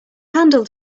handled